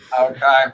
Okay